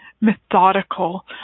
methodical